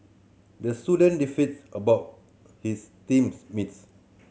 the student beefed about his teams mates